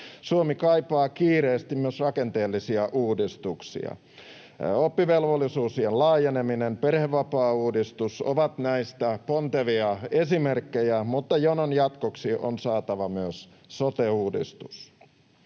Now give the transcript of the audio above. Suomi kaipaa kiireesti myös rakenteellisia uudistuksia. Oppivelvollisuusiän laajeneminen, perhevapaauudistus ovat näistä pontevia esimerkkejä, mutta jonon jatkoksi on saatava myös sote-uudistus.